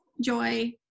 joy